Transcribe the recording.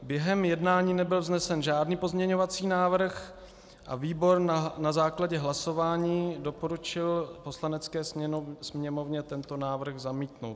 Během jednání nebyl vznesen žádný pozměňovací návrh a výbor na základě hlasování doporučil Poslanecké sněmovně tento návrh zamítnout.